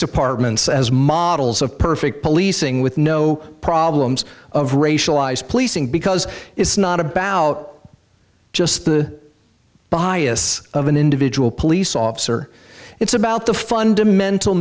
departments as models of perfect policing with no problems of racialized policing because it's not about just the bias of an individual police officer it's about the fundamental